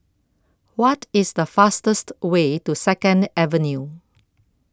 What IS The fastest Way to Second Avenue